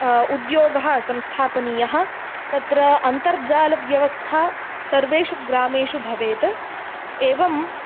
उद्योगः संस्थापनीयः तत्र अन्तर्जालव्यवस्था सर्वेषु ग्रामेषु भवेत् एवं